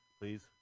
please